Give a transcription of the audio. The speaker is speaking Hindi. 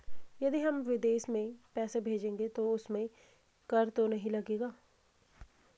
यदि हम विदेश में पैसे भेजेंगे तो उसमें कर तो नहीं लगेगा?